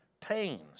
pains